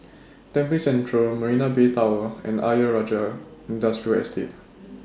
Tampines Central Marina Bay Tower and Ayer Rajah Industrial Estate